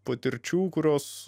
patirčių kurios